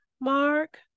Mark